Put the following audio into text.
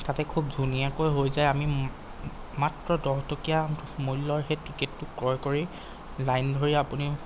তাতে খুব ধুনীয়াকৈ হৈ যায় আমি মাত্ৰ দহটকীয়া মূল্যৰ সেই টিকেটতো ক্ৰয় কৰি লাইন ধৰি আপুনি